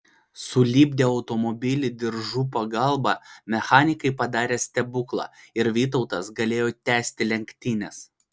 sulipdę automobilį diržų pagalbą mechanikai padarė stebuklą ir vytautas galėjo tęsti lenktynes